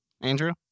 Andrew